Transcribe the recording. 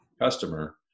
customer